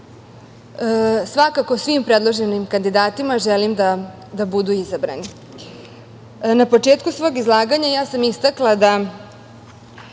svim predloženim kandidatima želim da budu izabrani. Na početku svog izlaganja ja sam istakla da